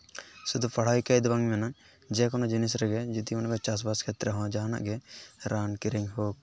ᱥᱩᱫᱷᱩ ᱯᱟᱲᱦᱟᱭ ᱞᱮᱠᱷᱟᱱ ᱫᱚ ᱵᱟᱝ ᱜᱟᱱᱚᱜᱼᱟ ᱡᱮᱠᱚᱱᱚ ᱡᱤᱱᱤᱥ ᱨᱮᱜᱮ ᱡᱩᱫᱤ ᱵᱚᱱ ᱢᱮᱱᱟ ᱪᱟᱥᱼᱵᱟᱥ ᱠᱷᱮᱛᱨᱮ ᱦᱚᱸ ᱡᱟᱦᱟᱱᱟᱜ ᱜᱮ ᱨᱟᱱ ᱠᱤᱨᱤᱧ ᱦᱳᱠ